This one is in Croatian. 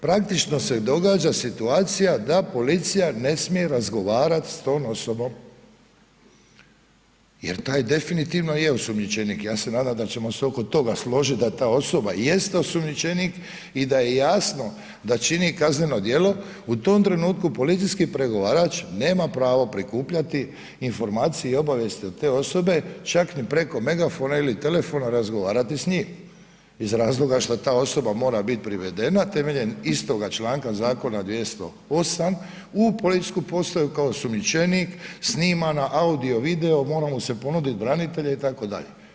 Praktično se događa situacija da policija ne smije razgovarat sa tom osobom jer taj definitivno je osumnjičenik, ja se nadam da ćemo se oko toga složit da ta osoba jeste osumnjičenik i da je jasno da čini kazneno djelo, u tom trenutku policijski pregovarač nema pravo prikupljati informacije i obavijesti od te osobe čak ni preko megafona ili telefona razgovarati s njim iz razloga šta osoba mora biti privedena temeljem istoga članka zakona 208. u policijsku postaju kao osumnjičenik, sniman audio-video, mora mu se ponuditi branitelja itd.